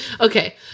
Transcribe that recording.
Okay